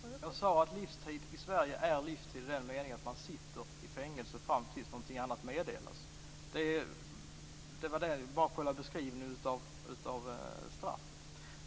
Fru talman! Jag sade att livstid i Sverige är livstid, i den meningen att man sitter i fängelse fram tills någonting annat meddelas. Det var beskrivningen av straffet.